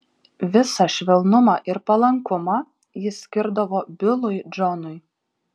visą švelnumą ir palankumą jis skirdavo bilui džonui